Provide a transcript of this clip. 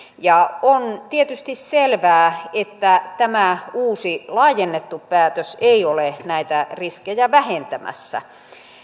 on tietysti selvää että tämä uusi laajennettu päätös ei ole näitä riskejä vähentämässä